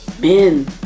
Men